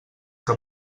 que